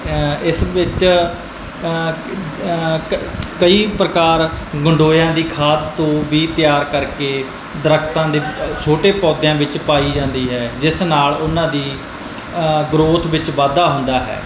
ਇਸ ਵਿੱਚ ਕ ਕਈ ਪ੍ਰਕਾਰ ਗੰਡੋਇਆਂ ਦੀ ਖਾਦ ਤੋਂ ਵੀ ਤਿਆਰ ਕਰਕੇ ਦਰੱਖਤਾਂ ਦੇ ਛੋਟੇ ਪੌਦਿਆਂ ਵਿੱਚ ਪਾਈ ਜਾਂਦੀ ਹੈ ਜਿਸ ਨਾਲ ਉਹਨਾਂ ਦੀ ਗਰੋਥ ਵਿੱਚ ਵਾਧਾ ਹੁੰਦਾ ਹੈ